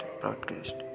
broadcast